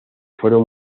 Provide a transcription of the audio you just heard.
fueron